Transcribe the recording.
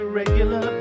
regular